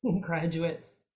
graduates